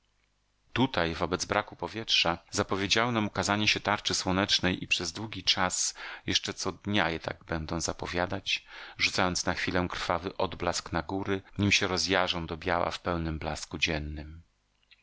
tutaj wobec braku powietrza zapowiedziały nam ukazanie się tarczy słonecznej i przez długi czas jeszcze co dnia je tak będą zapowiadać rzucając na chwilę krwawy odblask na góry nim się rozjarzą do biała w pełnym blasku dziennym